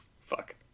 Fuck